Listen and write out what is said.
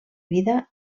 vida